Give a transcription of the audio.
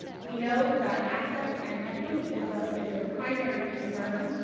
we know that access and equity is ah is a primary concern,